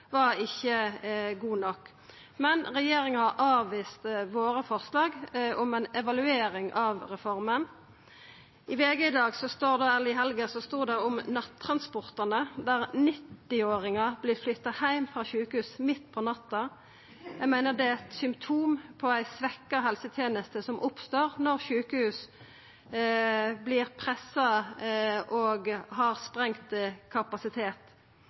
ikkje var godt nok. Men regjeringa avviste våre forslag om ei evaluering av reforma. I VG i helga stod det om nattransportar der 90-åringar vert flytta heim frå sjukehus midt på natta. Eg meiner det er eit symptom på ei svekt helseteneste, noko som oppstår når sjukehus vert pressa og har sprengt kapasitet.